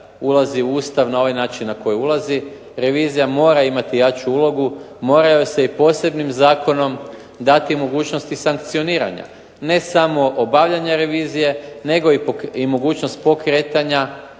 ulazi u Ustav na ovaj način na koji ulazi. Revizija mora imati jaču ulogu, mora joj se i posebnim zakonom dati mogućnost i sankcioniranja, ne samo obavljanje revizije nego i mogućnost pokretanja